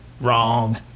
Wrong